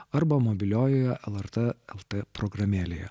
arba mobiliojoje lrtlt programėlėje